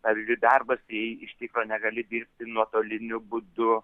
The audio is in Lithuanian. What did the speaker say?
pavyzdžiui darbas jei iš tikro negali dirbti nuotoliniu būdu